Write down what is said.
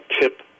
tip